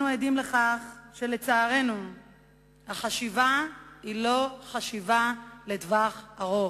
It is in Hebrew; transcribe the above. אנחנו עדים לצערנו לכך שהחשיבה היא לא חשיבה לטווח ארוך.